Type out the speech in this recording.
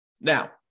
Now